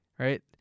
Right